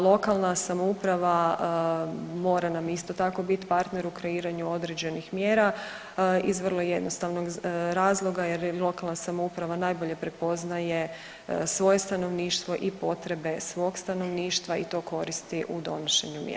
Lokalna samouprava mora nam isto tako biti partner u kreiranju određenih mjera iz vrlo jednostavnog razloga jer je lokalna samouprava najbolje prepoznaje svoje stanovništvo i potrebe svog stanovništva i to koristi u donošenju mjera.